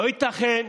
לא נמצא פה,